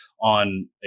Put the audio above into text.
on